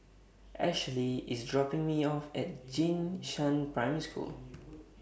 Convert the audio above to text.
Ashely IS dropping Me off At Jing Shan Primary School